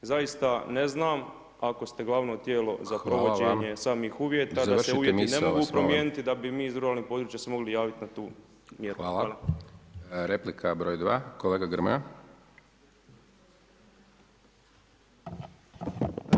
Zaista, ne znam, ako ste glavno tijelo za provođenje samih uvjeta [[Upadica Potpredsjednik: Završite misao, ja vas molim]] da se uvjeti ne mogu promijeniti, da bi mi iz ruralnih područja se mogli javiti na tu mjeru.